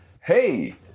hey